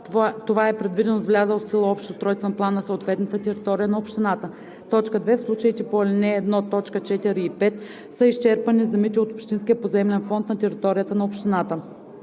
това е предвидено с влязъл в сила общ устройствен план за съответната територия на общината; 2. в случаите по ал. 1, т. 4 и 5 са изчерпани земите от общинския поземлен фонд на територията на общината.